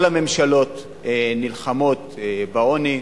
כל הממשלות נלחמות בעוני.